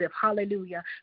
hallelujah